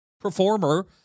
performer